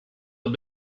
had